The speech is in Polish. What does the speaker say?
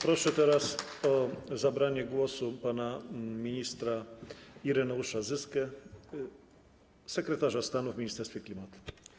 Proszę o zabranie głosu pana ministra Ireneusza Zyskę, sekretarza stanu w Ministerstwie Klimatu.